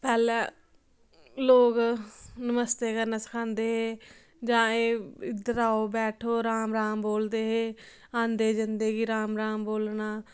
पैह्ले लोग नमस्ते करना सखांदे हे जां एह् इद्धर आओ बैठो राम राम बोलदे हे आंदे जंदे गी राम राम बोलना